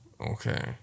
Okay